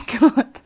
God